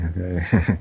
Okay